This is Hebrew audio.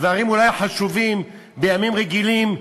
בדברים שהם אולי חשובים בימים רגילים,